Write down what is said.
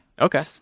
okay